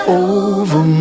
over